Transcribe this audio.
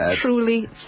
truly